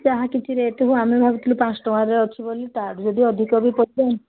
ଯାହା କିଛି ରେଟ୍ ହେଉ ଆମେ ଭାବୁଥିଲୁ ପାଞ୍ଚ ଟଙ୍କାରେ ଅଛି ବୋଲି ତା'ଦେହରେ ଯଦି ଅଧିକ ବି ପଡ଼ିବ